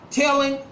telling